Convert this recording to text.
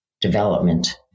development